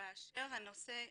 באשר לנושא המחקרים,